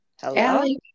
Hello